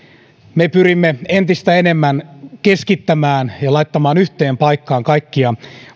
me pyrimme entistä enemmän keskittämään ja laittamaan yhteen paikkaan kaikkia